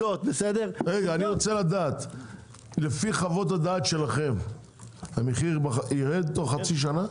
אני רוצה לדעת לפי חוות הדעת שלכם המחיר יירד תוך חצי שנה